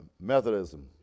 Methodism